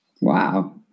Wow